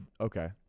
okay